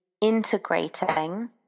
integrating